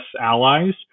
allies